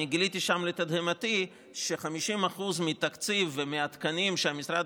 אני גיליתי שם לתדהמתי ש-50% מהתקציב ומהתקנים שהמשרד